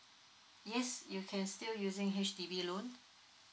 yes you can still using H_D_B loan